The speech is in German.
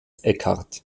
eckhardt